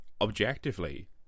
objectively